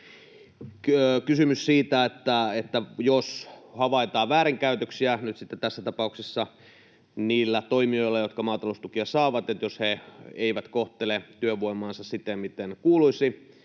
todella siitä, että jos havaitaan väärinkäytöksiä tässä tapauksessa niillä toimijoilla, jotka maataloustukia saavat, eli jos he eivät kohtele työvoimaansa siten, miten kuuluisi